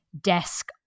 desk